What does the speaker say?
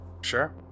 Sure